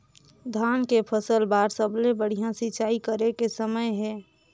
धान के फसल बार सबले बढ़िया सिंचाई करे के समय हे?